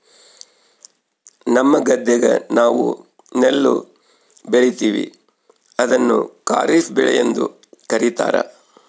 ನಮ್ಮ ಗದ್ದೆಗ ನಾವು ನೆಲ್ಲು ಬೆಳೀತೀವಿ, ಅದನ್ನು ಖಾರಿಫ್ ಬೆಳೆಯೆಂದು ಕರಿತಾರಾ